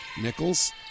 Nichols